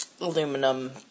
aluminum